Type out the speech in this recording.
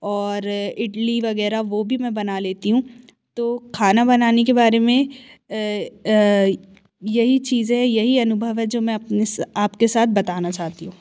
और इडली वगैरह वो भी मैं बना लेती हूँ तो खाना बनाने के बारे में यही चीज़ें हैं यही अनुभव है जो मैं अपने आपके साथ बताना चाहती हूँ